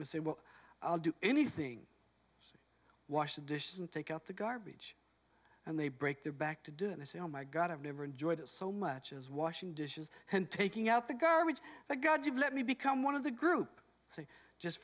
you say well i'll do anything wash the dishes and take out the garbage and they break their back to doing this in my god i've never enjoyed it so much as washing dishes and taking out the garbage thank god you've let me become one of the group so just